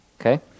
Okay